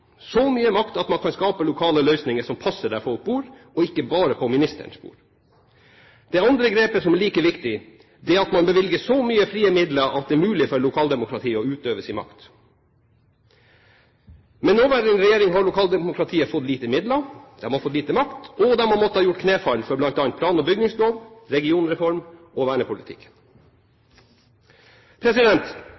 så mye makt at man kan skape lokale løsninger som passer der folk bor, og ikke bare på ministerens bord. Det andre grepet, som er like viktig, er at man bevilger så mye frie midler at det er mulig for lokaldemokratiet å utøve sin makt. Med den nåværende regjering har lokaldemokratiet fått lite midler, det har fått lite makt, og det har måttet gjøre knefall for bl.a. plan- og bygningslov, regionreform og vernepolitikk.